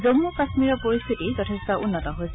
জন্মু কাশ্মীৰৰ পৰিস্থিতি যথেষ্ট উন্নত হৈছে